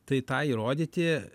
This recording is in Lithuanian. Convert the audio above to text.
tai tą įrodyti